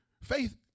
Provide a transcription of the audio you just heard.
Faith